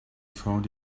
found